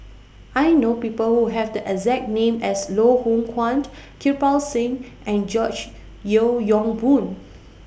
I know People Who Have The exact name as Loh Hoong Kwan Kirpal Singh and George Yeo Yong Boon